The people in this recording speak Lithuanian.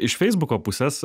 iš feisbuko pusės